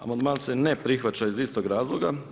Amandman se ne prihvaća iz istog razloga.